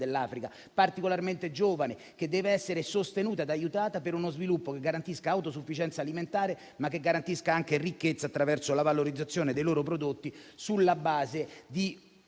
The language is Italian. dell'Africa, particolarmente giovane, che deve essere sostenuta ed aiutata per uno sviluppo che garantisca autosufficienza alimentare, ma anche ricchezza attraverso la valorizzazione dei loro prodotti, sulla base di